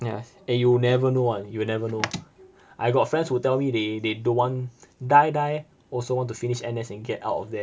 yeah eh you never know ah you'll never know I got friends who tell me they they don't want die die also want to finish N_S and get out of there